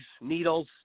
needles